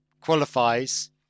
qualifies